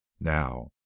Now